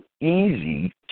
easy